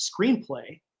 screenplay